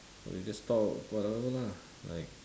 okay just talk whatever lah like